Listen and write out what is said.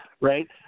right